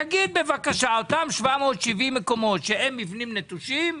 תגיד בבקשה, אותם 770 מבנים נטושים,